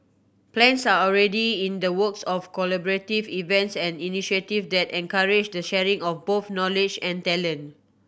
plans are already in the works of collaborative events and initiatives that encourage the sharing of both knowledge and talent